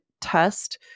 test